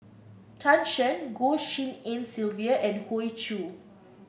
Tan Shen Goh Tshin En Sylvia and Hoey Choo